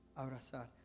abrazar